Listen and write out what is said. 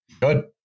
Good